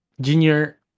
junior